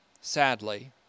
sadly